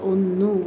ഒന്ന്